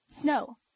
SNOW